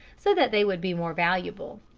so that they would be more valuable.